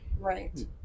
Right